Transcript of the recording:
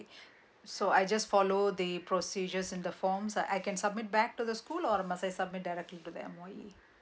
so I just follow the procedures in the forms I can submit back to the school or must I submit back to the M_O_E